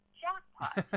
jackpot